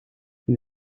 een